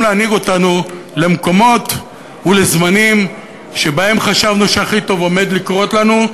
להנהיג אותנו למקומות ולזמנים שבהם חשבנו שהכי טוב עומד לקרות לנו.